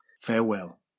farewell